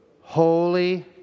holy